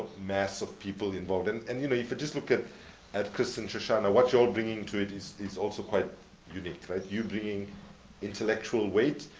mass of people involved. and, and you know, if you just look at at chris and shoshana, what you are bringing to it is is also quite unique, right? you bringing intellectual weight,